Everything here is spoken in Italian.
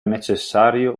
necessario